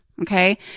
Okay